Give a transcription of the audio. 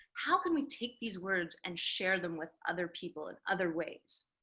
how can we take these words and share them with other people in other ways?